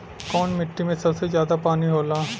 कौन मिट्टी मे सबसे ज्यादा पानी होला?